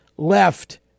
left